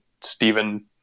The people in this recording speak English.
Stephen